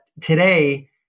today